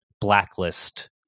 blacklist